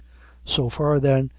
so far, then,